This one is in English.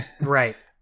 right